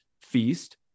feast